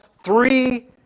three